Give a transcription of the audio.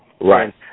Right